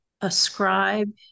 ascribe